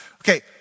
Okay